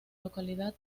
localidad